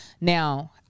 Now